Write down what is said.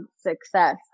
success